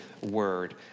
word